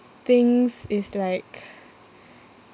things is like